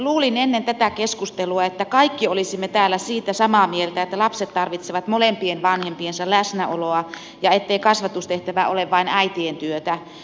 luulin ennen tätä keskustelua että kaikki olisimme täällä siitä samaa mieltä että lapset tarvitsevat molempien vanhempiensa läsnäoloa ja ettei kasvatustehtävä ole vain äitien työtä